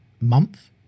month